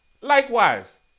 Likewise